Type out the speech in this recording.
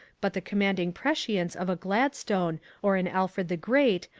but the commanding prescience of a gladstone or an alfred the great,